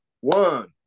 one